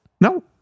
no